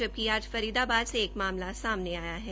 जबकि आज फरीदाबाद से एक मामला सामने आया है